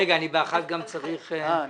רגע רבותי.